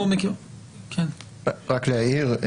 רק להעיר,